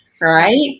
Right